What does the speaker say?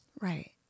right